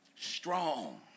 strong